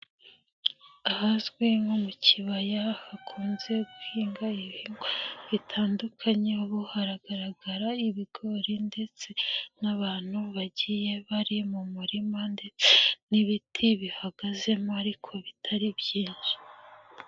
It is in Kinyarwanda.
Ahazwi nko mu kibaya hakunze guhingwa ibigwa bitandukanye, ubu hagaragara ibigori ndetse n'abantu bagiye bari mu murima ndetse n'ibiti bihagazemo ariko bitari byinshi.